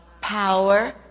power